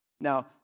Now